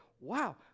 Wow